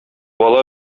ала